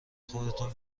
خودتون